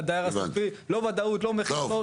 לדייר הסופי לא וודאות לא --- הבנתי,